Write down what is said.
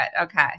Okay